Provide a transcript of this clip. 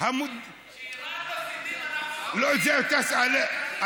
כשאיראן מפסידים, אנחנו מרוויחים.